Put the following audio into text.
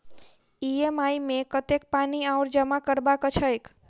EMI मे कतेक पानि आओर जमा करबाक छैक?